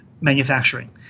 manufacturing